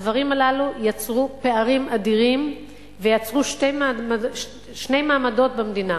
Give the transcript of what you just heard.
הדברים הללו יצרו פערים אדירים ויצרו שני מעמדות במדינה,